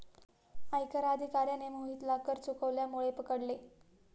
आयकर अधिकाऱ्याने मोहितला कर चुकवल्यामुळे पकडले